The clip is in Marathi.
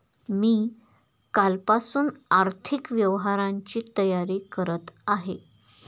मी कालपासून आर्थिक व्यवहारांची तयारी करत आहे